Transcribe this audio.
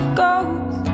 goes